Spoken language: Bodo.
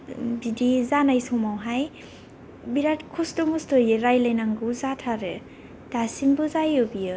बिदि जानाय समावहाय बिराट खस्थ मस्थयै रायलायनांगौ जाथारो दासिमबो जायो बियो